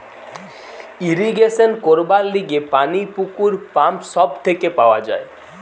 irrigation করবার লিগে পানি পুকুর, পাম্প সব থেকে পাওয়া যায়